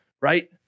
right